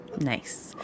Nice